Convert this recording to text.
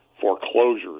foreclosures